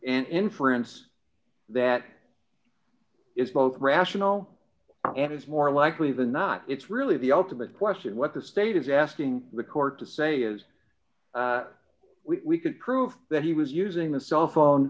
an inference that it's both rational and it's more likely than not it's really the ultimate question what the state is asking the court to say is we could prove that he was using the cell phone